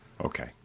Okay